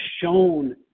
shown